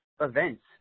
Events